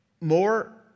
more